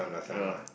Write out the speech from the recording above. ya